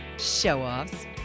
show-offs